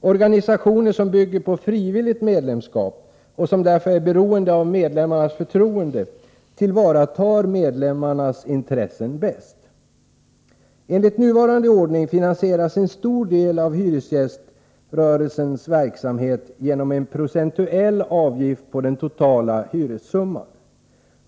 Organisationer som bygger på frivilligt medlemskap — och som därför är beroende av medlemmarnas förtroende — tillvaratar medlemmarnas intressen bäst. Enligt nuvarande ordning finansieras en stor del av hyresgäströrelsens verksamhet genom en procentuell avgift på den totala hyressumman.